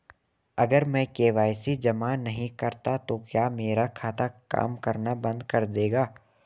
अगर मैं के.वाई.सी जमा नहीं करता तो क्या मेरा खाता काम करना बंद कर देगा?